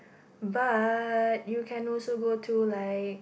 but you can also go to like